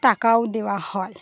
টাকাও দেওয়া হয়